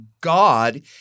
God